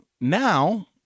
now